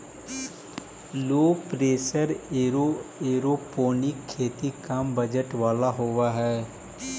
लो pressure aeroponic खेती कम budget वाला होव हई